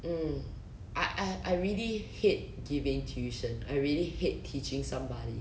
um I I I really hate giving tuition I really hate teaching somebody